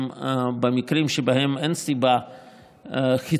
במקרים שבהם אין סיבה חיצונית,